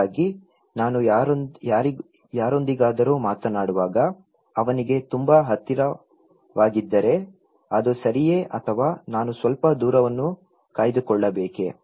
ಹಾಗಾಗಿ ನಾನು ಯಾರೊಂದಿಗಾದರೂ ಮಾತನಾಡುವಾಗ ಅವನಿಗೆ ತುಂಬಾ ಹತ್ತಿರವಾಗಿದ್ದರೆ ಅದು ಸರಿಯೇ ಅಥವಾ ನಾನು ಸ್ವಲ್ಪ ದೂರವನ್ನು ಕಾಯ್ದುಕೊಳ್ಳಬೇಕೇ